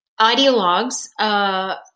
ideologues